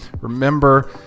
Remember